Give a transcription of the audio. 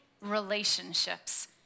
relationships